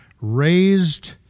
raised